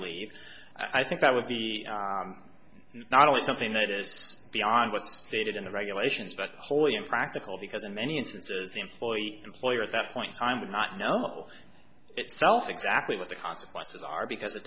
leave i think that would be not only something that is beyond what stated in the regulations but wholly impractical because in many instances the employee employer at that point time would not know itself exactly what the consequences are because it